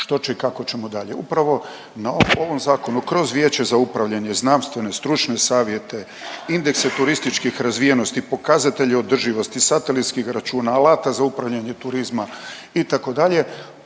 što će i kako ćemo dalje. Upravo na ovom zakonu kroz Vijeće za upravljanje, znanstvene i stručne savjete, indekse turističkih razvijenosti, pokazatelje održivosti, satelitskih računala, alata za upravljanje turizma itd.